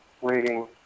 waiting